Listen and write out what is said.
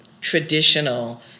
traditional